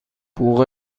بوق